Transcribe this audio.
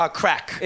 crack